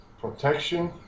protection